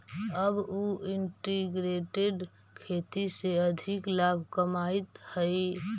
अब उ इंटीग्रेटेड खेती से अधिक लाभ कमाइत हइ